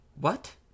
what